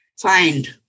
find